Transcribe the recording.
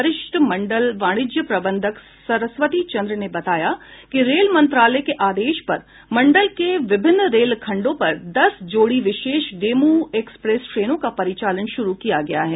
वरिष्ठ मंडल वाणिज्य प्रबंधक सरस्वती चन्द्र ने बताया कि रेल मंत्रालय के आदेश पर मंडल के विभिन्न रेल खंडों पर दस जोड़ी विशेष डेमू एक्सप्रेस ट्रेनों का परिचालन शुरू किया गया है